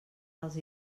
dels